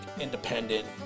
independent